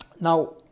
now